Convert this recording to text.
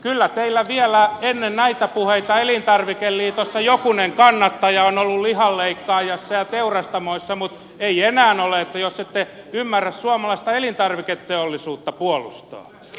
kyllä teillä vielä ennen näitä puheita elintarvikeliitossa jokunen kannattaja on ollut lihanleikkaajissa ja teurastamoissa mutta ei enää ole jos ette ymmärrä suomalaista elintarviketeollisuutta puolustaa